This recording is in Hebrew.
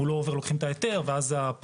אם הוא לא עובר לוקחים את ההיתר ואז הקבלן